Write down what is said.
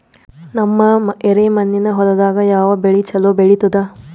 ನಮ್ಮ ಎರೆಮಣ್ಣಿನ ಹೊಲದಾಗ ಯಾವ ಬೆಳಿ ಚಲೋ ಬೆಳಿತದ?